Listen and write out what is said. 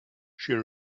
she